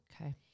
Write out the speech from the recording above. Okay